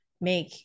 make